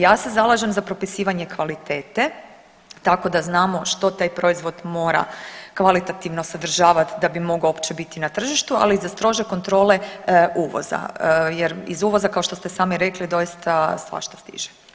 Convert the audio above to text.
Ja se zalažem za propisivanje kvalitete tako da znamo što taj proizvod mora kvalitativno sadržavati da bi mogao uopće biti na tržištu, ali i za strože kontrole uvoza jer iz uvoza kao što ste sami rekli doista svašta stiže.